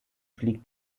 fliegt